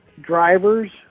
drivers